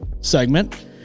segment